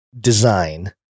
design